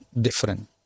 different